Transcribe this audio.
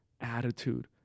attitude